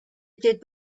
did